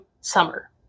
summer